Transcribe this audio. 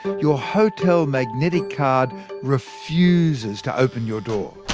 but your hotel magnetic card refuses to open your door.